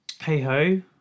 hey-ho